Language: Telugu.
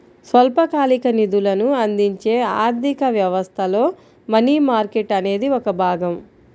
స్వల్పకాలిక నిధులను అందించే ఆర్థిక వ్యవస్థలో మనీ మార్కెట్ అనేది ఒక భాగం